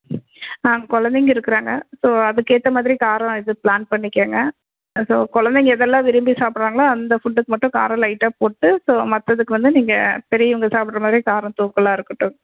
ஆ குழந்தைங்க இருக்கிறாங்க ஸோ அதற்கேத்த மாதிரி காரம் இது ப்ளான் பண்ணிக்கங்க ஸோ குழந்தைங்க எதெல்லாம் விரும்பி சாப்பிட்றாங்களோ அந்த ஃபுட்டுக்கு மட்டும் காரம் இல்லாமல் லைட்டாக போட்டு ஸோ மற்றதுக்கு வந்து நீங்கள் பெரியவங்க சாப்பிட்ற மாதிரி காரம் தூக்கலாக இருக்கட்டும்